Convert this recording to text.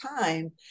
time